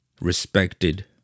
respected